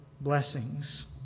blessings